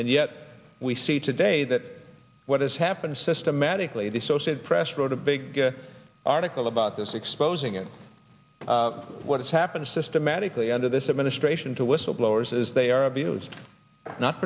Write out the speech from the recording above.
and yet we see today that what has happened systematically the associated press wrote a big article about this exposing in what has happened systematically under this administration to whistleblowers as they are abused not